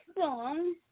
song